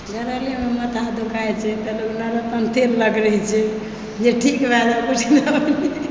generally हमर माथ दुखाइ छै तऽ नवरतन तेल रगड़ै छी जे ठीक भऽ जाइ छै